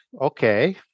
okay